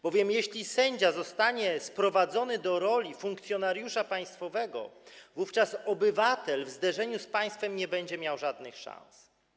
Bowiem jeśli sędzia zostanie sprowadzony do roli funkcjonariusza państwowego, wówczas obywatel w zderzeniu z państwem nie będzie miał żadnych szans.